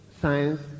science